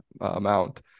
amount